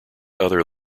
other